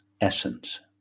essence